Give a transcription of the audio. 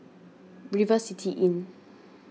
River City Inn